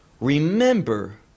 Remember